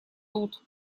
тут